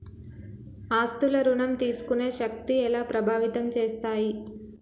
ఆస్తుల ఋణం తీసుకునే శక్తి ఎలా ప్రభావితం చేస్తాయి?